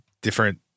different